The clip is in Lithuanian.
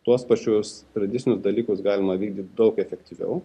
tuos pačius tradicinius dalykus galima vykdyt daug efektyviau